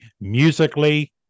musically